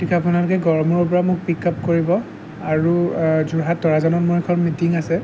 গতিকে আপোনালোকে গড়মূৰৰপৰা মোক পিক আপ কৰিব আৰু যোৰহাট তৰাজানত মোৰ এখন মোৰ মিটিং আছে